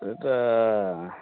ଏଇଟା